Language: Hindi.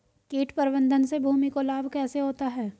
कीट प्रबंधन से भूमि को लाभ कैसे होता है?